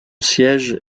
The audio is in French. siège